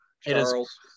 Charles